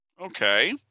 Okay